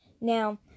Now